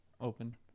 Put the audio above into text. open